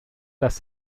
dass